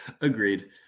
Agreed